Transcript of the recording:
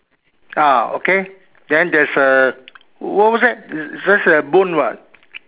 ah okay then there's a what what's that is just a bone [what]